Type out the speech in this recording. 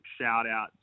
shout-out